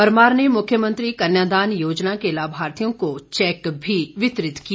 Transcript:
परमार ने मुख्यमंत्री कन्यादान योजना के लाभार्थियों को चैक भी वितरित किए